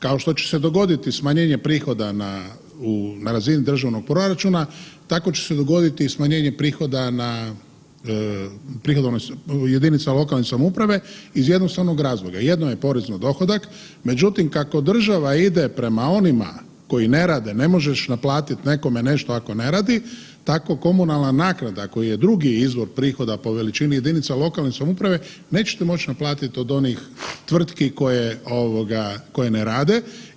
Kao što će se dogoditi smanjenje prihoda na razini državnog proračuna, tako će se dogoditi i smanjenje prihoda na, u jedinicama lokalne samouprave iz jednostavnog razloga, jedno je porez na dohodak, međutim kako država ide prema onima koji ne rade ne možeš naplatiti nekome nešto ako ne radi, tako komunalna naknada koja je drugi izvor prihoda po veličini jedinica lokalne samouprave nećete moći naplatiti od onih tvrtki koje ovoga ne rade.